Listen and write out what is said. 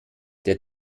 der